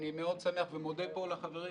אני מודה לחברים,